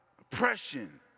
oppression